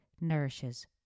nourishes